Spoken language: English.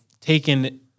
taken